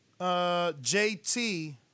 JT